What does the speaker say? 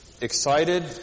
excited